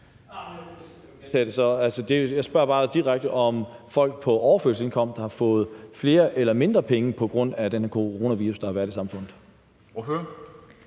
Jeg spørger bare direkte, om folk på overførselsindkomst har fået flere eller færre penge på grund af denne coronavirus, der har været i samfundet.